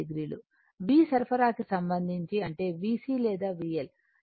v సరఫరా కి సంబంధించి అంటే VC లేదా VL ఇది VL